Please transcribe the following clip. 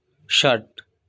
षट्